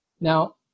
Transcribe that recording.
Now